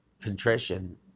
contrition